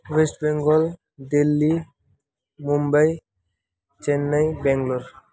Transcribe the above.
West Bengal Delhi Mumbai Chennai Bangalore